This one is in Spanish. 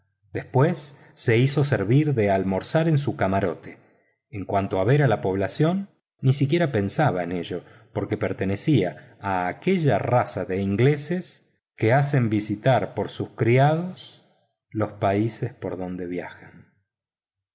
después se hizo servir de almorzar en su camarote en cuanto a ver la población ni siquiera pensaba en ello porque pertenecía a aquella raza de ingleses que hacen visitar por sus criados los países por donde viajan